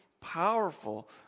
powerful